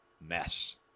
mess